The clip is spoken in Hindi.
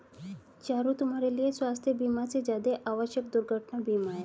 चारु, तुम्हारे लिए स्वास्थ बीमा से ज्यादा आवश्यक दुर्घटना बीमा है